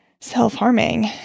self-harming